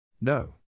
no